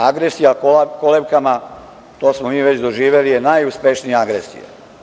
Agresija kolevkama, to smo mi već doživeli, je najuspešnija agresija.